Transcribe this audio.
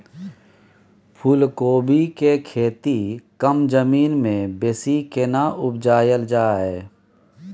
फूलकोबी के खेती कम जमीन मे बेसी केना उपजायल जाय?